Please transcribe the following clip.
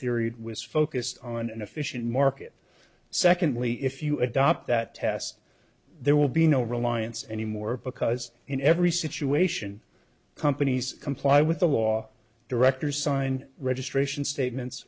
theory was focused on an efficient market secondly if you adopt that test there will be no reliance anymore because in every situation companies comply with the law directors sign registration statements